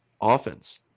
offense